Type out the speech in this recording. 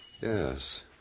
Yes